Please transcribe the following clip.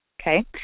okay